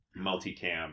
multicam